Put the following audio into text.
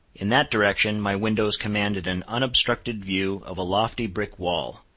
in that direction my windows commanded an unobstructed view of a lofty brick wall,